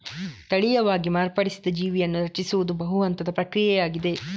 ತಳೀಯವಾಗಿ ಮಾರ್ಪಡಿಸಿದ ಜೀವಿಯನ್ನು ರಚಿಸುವುದು ಬಹು ಹಂತದ ಪ್ರಕ್ರಿಯೆಯಾಗಿದೆ